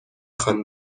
خوان